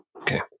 Okay